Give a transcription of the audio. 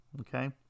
Okay